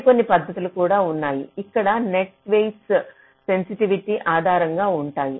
మరికొన్ని పద్ధతులు కూడా ఉన్నాయి ఇక్కడ నెట్ వెయిట్స్ సెన్సిటివిటీ ఆధారంగా ఉంటాయి